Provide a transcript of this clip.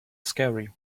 scary